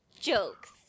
jokes